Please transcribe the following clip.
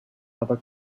other